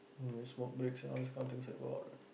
smoke breaks and all this kind of things